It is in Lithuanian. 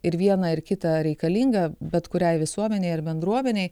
ir viena ir kita reikalinga bet kuriai visuomenei ar bendruomenei